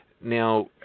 Now